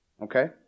Okay